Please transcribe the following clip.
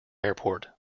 airport